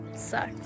sucks